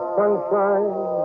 sunshine